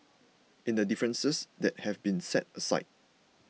in the differences that have been set aside